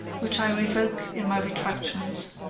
which i revoke in my retractions,